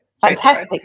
Fantastic